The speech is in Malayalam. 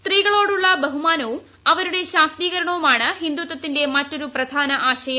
സ്ത്രീകളോടുള്ള ബഹുമാനവും അവരുടെ ശാക്തീകരണവുമാണ് ഹിന്ദുത്വത്തിന്റെ മറ്റൊരു പ്രധാന ആശയം